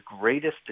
greatest